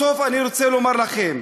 בסוף אני רוצה לומר לכם,